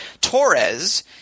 Torres